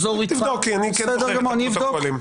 תבדוק, כי אני כן זוכר את הפרוטוקולים.